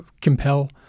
compel